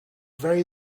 very